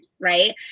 right